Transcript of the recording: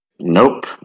Nope